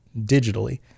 digitally